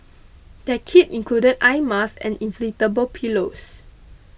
their kit included eye masks and inflatable pillows